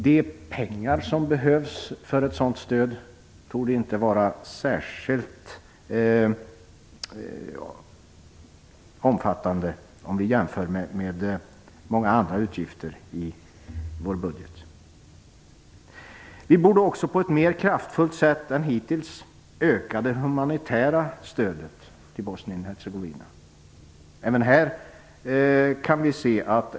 De summor som behövs för ett sådant stöd torde inte vara särskilt stora om vi jämför med många andra utgifter i vår budget. Vi borde också på ett mer kraftfullt sätt än hittills öka det humanitära stödet till Bosnien-Hercegovina.